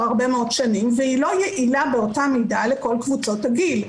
הרבה מאוד שנים והיא לא יעילה באותה מידה לכל קבוצות הגיל.